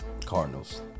Cardinals